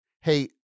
hey